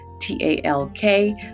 T-A-L-K